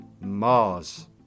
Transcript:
Mars